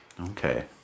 Okay